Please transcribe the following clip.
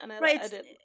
Right